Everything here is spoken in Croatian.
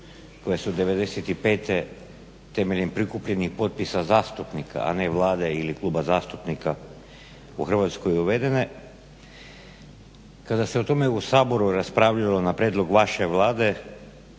koje su '95. temeljem prikupljenih potpisa zastupnika, a ne Vlade ili kluba zastupnika u Hrvatskoj uvedene kada se o tome u Saboru raspravljalo na prijedlog vaše Vlade